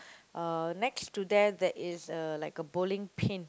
uh next to them there is a like a bowling pin